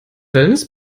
wellness